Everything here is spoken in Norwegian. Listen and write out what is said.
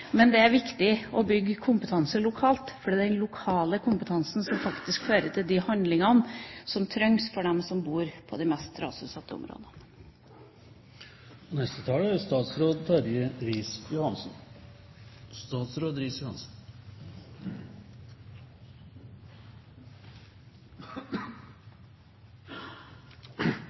men det er viktig å bygge kompetanse lokalt, for det er den lokale kompetansen som faktisk fører til de handlingene som trengs for dem som bor i de mest rasutsatte